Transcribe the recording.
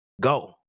go